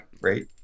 right